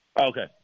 Okay